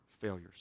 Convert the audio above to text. failures